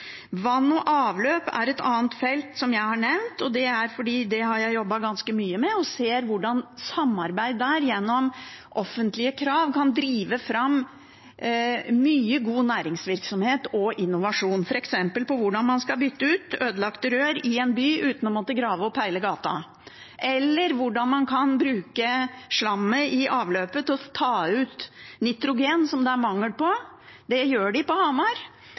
Vann og avløp er et annet felt jeg har nevnt. Jeg har jobbet ganske mye med det og sett hvordan samarbeid gjennom offentlige krav kan drive fram mye god næringsvirksomhet og innovasjon, f.eks. hvordan man kan bytte ut ødelagte rør i en by uten å måtte grave opp hele gata, eller hvordan man kan bruke slammet i avløpet til å ta ut nitrogen, som det er mangel på. Det gjør de på Hamar;